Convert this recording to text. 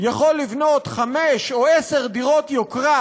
יכול לבנות חמש או עשר דירות יוקרה